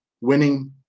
winning